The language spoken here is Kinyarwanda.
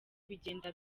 bigenda